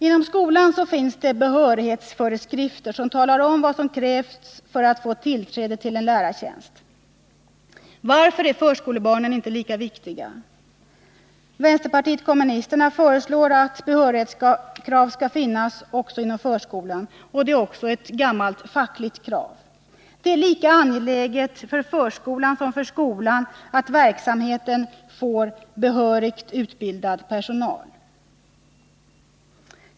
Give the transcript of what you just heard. Inom skolan finns det behörighetsföreskrifter, som talar om vad som krävs för att man skall få tillträde till en lärartjänst. Varför är förskolebarnen inte lika viktiga? Vänsterpartiet kommunisterna föreslår att behörighetskrav skall finnas också inom förskolan. Det är ett gammalt fackligt krav. Det är lika angeläget för förskolan som för skolan att verksamheten får behörigt utbildad personal.